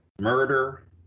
murder